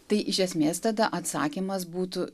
tai iš esmės tada atsakymas būtų